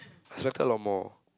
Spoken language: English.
I expected a lot more